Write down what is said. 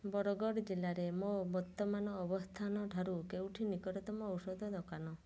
ବରଗଡ଼ ଜିଲ୍ଲାରେ ମୋ ବର୍ତ୍ତମାନ ଅବସ୍ଥାନଠାରୁ କେଉଁଟି ନିକଟତମ ଔଷଧ ଦୋକାନ